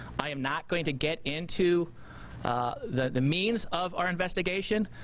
i am not going to get into the means of our investigation.